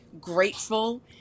grateful